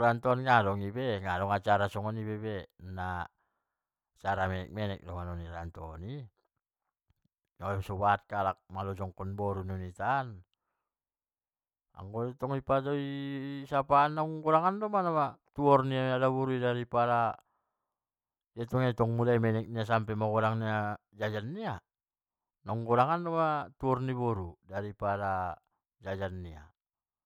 rantau an i, nadong acara soni be, acara menek-menek doma i rantau an i, so bahat halak malojongkon boru di hitaan, anggoitong di sapaan godangan doma tuhor ni daboru i dari pada etong-etong mulai sian menek nia jajan nia, naugodangan doma tuhor ni daboru i dari pada tuhor nia.